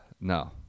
no